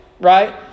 Right